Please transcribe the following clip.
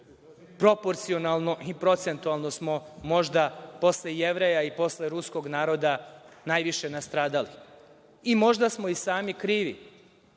Proporcionalno i procentualno smo možda posle Jevreja i posle ruskog naroda najviše nastradali. Možda smo i sami krivi.